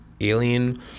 alien